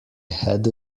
had